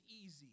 easy